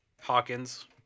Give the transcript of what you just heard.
Hawkins